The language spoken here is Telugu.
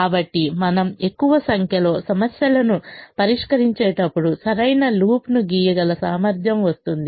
కాబట్టి మనము ఎక్కువ సంఖ్యలో సమస్యలను పరిష్కరించేటప్పుడు సరైన లూప్ను గీయగల సామర్థ్యం వస్తుంది